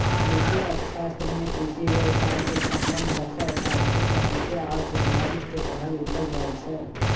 कृषि अर्थ शास्त्र में कृषि व्यवसायसे सम्बन्ध रखैत आर्थिक समस्या आ सिद्धांत के पढ़ल लिखल जाइ छइ